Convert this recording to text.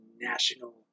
national